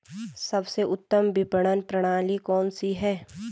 सबसे उत्तम विपणन प्रणाली कौन सी है?